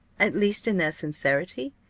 at least in their sincerity?